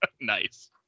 Nice